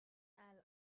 الان